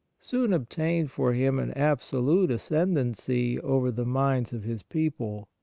soon obtained for him an absolute ascendancy over the minds of his people.